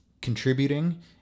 contributing